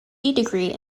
degree